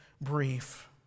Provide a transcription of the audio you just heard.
brief